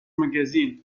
magazine